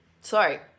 Sorry